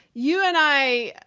you and i,